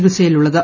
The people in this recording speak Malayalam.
ചികിത്സയിലുള്ളത്